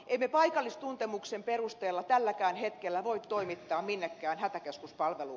emme paikallistuntemuksen perusteella tälläkään hetkellä voi toimittaa minnekään hätäkeskuspalvelua